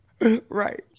right